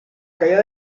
caída